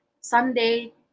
Sunday